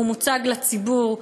והוא מוצג לציבור,